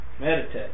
meditate